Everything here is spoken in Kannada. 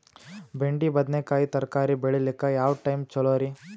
ಬೆಂಡಿ ಬದನೆಕಾಯಿ ತರಕಾರಿ ಬೇಳಿಲಿಕ್ಕೆ ಯಾವ ಟೈಮ್ ಚಲೋರಿ?